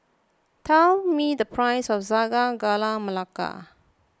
tell me the price of Sago Gula Melaka